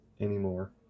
anymore